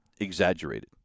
exaggerated